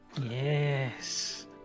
yes